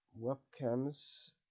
webcams